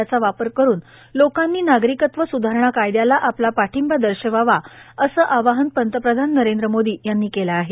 याचा वापर करून लोकांनी नागरिकत्व सुधारणा कायद्याला आपला पाठिंबा दर्शवावा असं आवाहन पंतप्रधान नरेंद्र मोदी यांनी केलं आहे